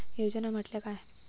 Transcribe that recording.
योजना म्हटल्या काय?